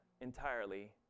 entirely